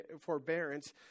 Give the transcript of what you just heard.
forbearance